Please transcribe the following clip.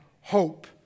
hope